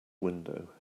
window